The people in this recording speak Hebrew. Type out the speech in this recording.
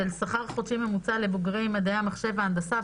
של שכר חודשי ממוצע לבוגרי מדעי המחשב והנדסה,